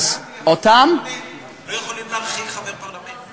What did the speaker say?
אבל באנגליה חברי פרלמנט לא יכולים להרחיק חבר פרלמנט.